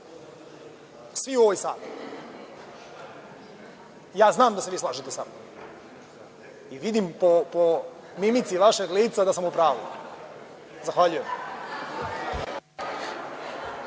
velikom problemu. Ja znam da se vi slažete sa mnom i vidim po mimici vašeg lica da sam u pravu. Zahvaljujem.